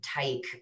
take